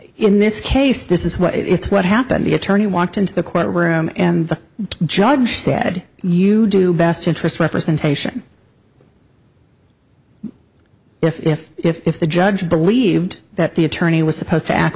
in this case this is what it's what happened the attorney want into the courtroom and the judge said you do best interest representation if if the judge believed that the attorney was supposed to act